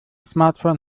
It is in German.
smartphone